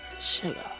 Sugar